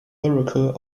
miracle